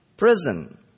prison